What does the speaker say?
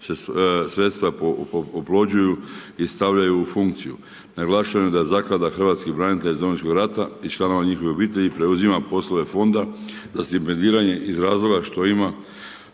sredstva oplođuju i stavljaju u funkciju. Naglašavam da Zaklada hrvatskih branitelja iz Domovinskog rata i članova njihove obitelji preuzima poslove fonda, za stipendiranje iz razloga što ima